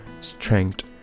strength